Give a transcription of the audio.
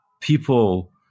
people